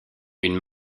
une